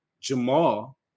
Jamal